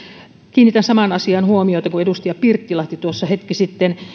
kiinnitän samaan asiaan huomiota kuin edustaja pirttilahti tuossa hetki sitten